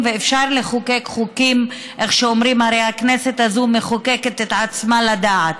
ובכלל מעיניו של כל בר-דעת.